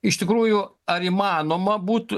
iš tikrųjų ar įmanoma būt